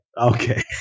Okay